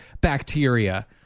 bacteria